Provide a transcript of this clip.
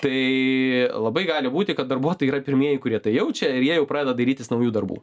tai labai gali būti kad darbuotojai yra pirmieji kurie tą jaučia jie jau pradeda dairytis naujų darbų